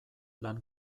lan